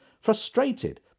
frustrated